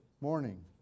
morning